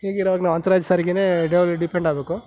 ಹೀಗಿರುವಾಗ ನಾವು ಅಂತರಾಜ್ಯ ಸಾರಿಗೆನೇ ಡೈಲಿ ಡಿಪೆಂಡ್ ಆಗಬೇಕು